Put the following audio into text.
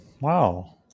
Wow